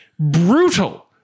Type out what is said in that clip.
brutal